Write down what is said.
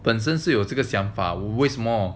本身是有这个想法为什么